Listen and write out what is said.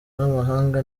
n’amahanga